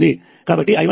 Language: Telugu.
కాబట్టి I1 3